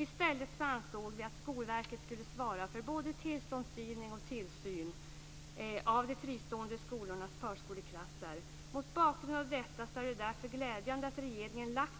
I stället ansåg vi att Skolverket skulle svara för både tillståndsgivning och tillsyn av de fristående skolornas förskoleklasser. Mot denna bakgrund är det glädjande att